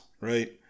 right